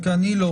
כי אני לא.